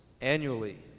annually